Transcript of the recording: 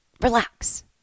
relax